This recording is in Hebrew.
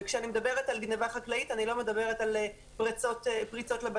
כשאני מדברת על גניבה חקלאית אני לא מדברת על פריצות לבתים.